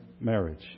marriage